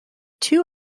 two